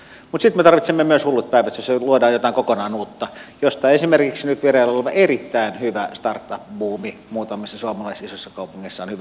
mutta sitten me tarvitsemme myös hullut päivät jossa luodaan jotain kokonaan uutta josta esimerkiksi nyt vireillä oleva erittäin hyvä startup buumi muutamissa suomalaisissa isoissa kaupungeissa on hyvä esimerkki